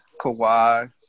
Kawhi